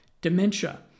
dementia